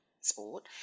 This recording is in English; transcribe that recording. sport